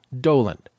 Dolan